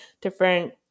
different